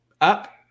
up